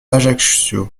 ajaccio